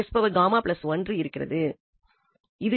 எனவே நம்மிடம் இருக்கிறது